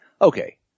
okay